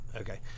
Okay